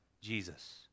Jesus